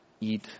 eat